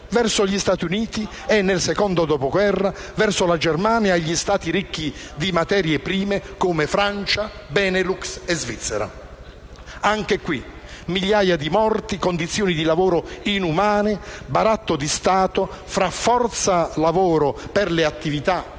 verso gli Stati Uniti e, nel secondo dopoguerra, verso la Germania e gli Stati ricchi di materie prime come Francia, Benelux e Svizzera. Anche qui, migliaia di morti, condizioni di lavoro inumane, baratto di Stato tra forza lavoro per le attività estrattive